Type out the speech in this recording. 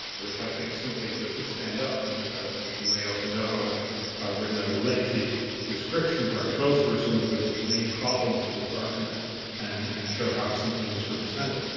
which i think simply doesn't stand up. and ah as you may also know, i've i've written a lengthy description where i go through some of the main problems of his argument and and show how it's simply misrepresented.